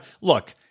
look